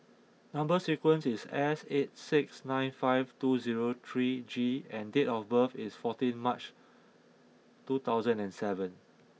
number sequence is S eight six nine five two zero three G and date of birth is fourteen March two thousand and seven